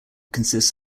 consists